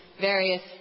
various